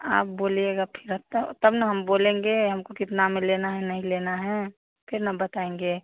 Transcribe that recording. आप बोलिएगा फिर तो हम तब हम बोलेंगे हमको कितना में लेना है नहीं लेना है फिर ना बताएँगे